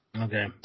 Okay